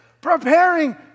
Preparing